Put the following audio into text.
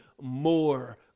more